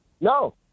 No